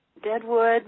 Deadwood